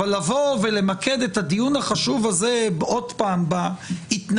אבל לבוא ולמקד את הדיון החשוב הזה עוד פעם בהתנגחות